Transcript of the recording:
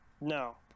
No